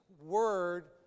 word